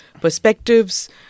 perspectives